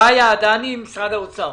רעיה עדני, משרד האוצר.